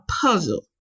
puzzle